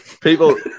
people